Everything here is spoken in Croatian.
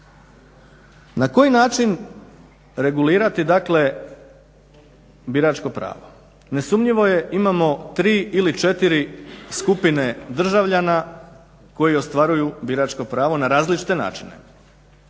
Na koji način regulirat, dakle biračko pravo? Nesumnjivo je, imao 3 ili 4 skupine državljana koji ostvaruju biračko pravo na različite načine.